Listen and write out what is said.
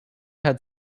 had